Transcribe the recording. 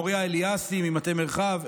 מוריה אליאסי ממטה מרחב,